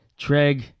Treg